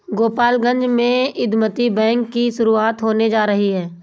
गोपालगंज में इंदुमती बैंक की शुरुआत होने जा रही है